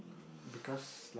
because like